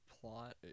plot